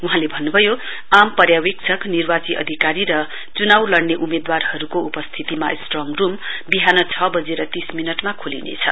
वहाँले भन्न्भयो आम पर्या वेक्षकनिर्वाची अधिकारी र च्नाउ लड्ने उम्मेदवारहरुको उपस्थितीमा स्ट्रङ रुम विहान छ वजेर तीस मिनटमा खोलिनेछ